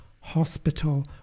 hospital